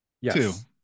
yes